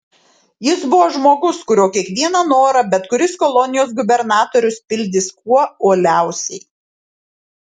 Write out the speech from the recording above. jis buvo žmogus kurio kiekvieną norą bet kuris kolonijos gubernatorius pildys kuo uoliausiai